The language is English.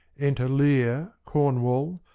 enter lear, cornwall,